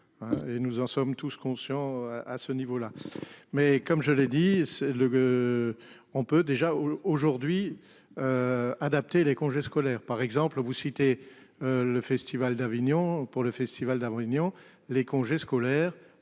Et nous en sommes tous conscients, à ce niveau-là. Mais comme je l'ai dit c'est le. On peut déjà aujourd'hui. Adapter les congés scolaires par exemple, vous citez. Le festival d'Avignon pour le festival d'Union les congés scolaires